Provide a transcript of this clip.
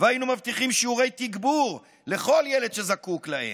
והיינו מבטיחים שיעורי תגבור לכל ילד שזקוק להם,